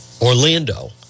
Orlando